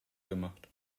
gemacht